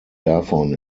davon